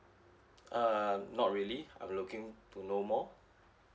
um not really I'm looking to know more